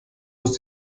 muss